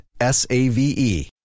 S-A-V-E